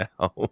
now